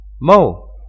mo